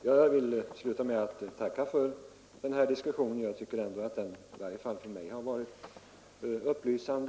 Jag vill sluta med att tacka för den här diskussionen, som i varje fall för mig har varit upplysande.